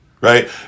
Right